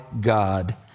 God